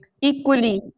equally